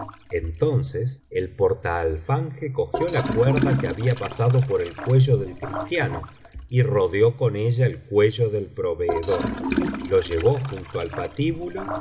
entonces el portaalfanje cogió la cuerda que había pasado por el cuello del cristiano y rodeó con ella el cuello del proveedor lo llevó junto al patíbulo